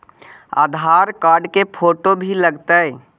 आधार card के photo भी लग तै?